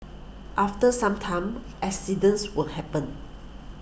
after some time accidents will happen